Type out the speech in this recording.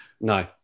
No